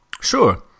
Sure